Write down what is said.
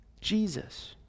Jesus